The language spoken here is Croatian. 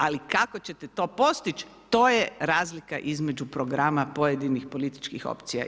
Ali, kako ćete to postići, to je razlika između programa pojedinih političkih opcija.